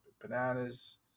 bananas